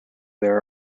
there